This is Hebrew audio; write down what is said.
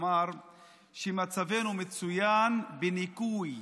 אמר שמצבנו מצוין בניכוי